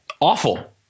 awful